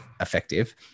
effective